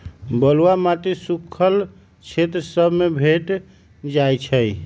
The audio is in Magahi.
बलुआ माटी सुख्खल क्षेत्र सभ में भेंट जाइ छइ